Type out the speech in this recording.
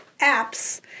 apps